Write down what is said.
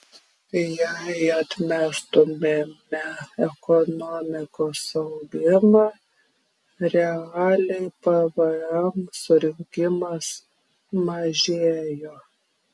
jei atmestumėme ekonomikos augimą realiai pvm surinkimas mažėjo